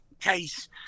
case